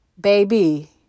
baby